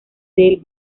del